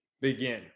begin